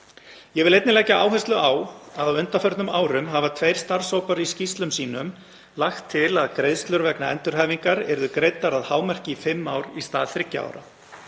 Ég vil einnig leggja áherslu á að á undanförnum árum hafa tveir starfshópar í skýrslum sínum lagt til að greiðslur vegna endurhæfingar yrðu greiddar að hámarki í fimm ár í stað þriggja ára.